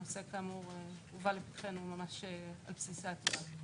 הנושא כאמור הובא לפתחנו ממש על בסיס העתירה.